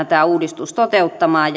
tämä uudistus toteuttamaan